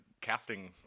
casting